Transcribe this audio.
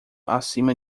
acima